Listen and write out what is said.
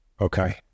Okay